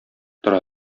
тора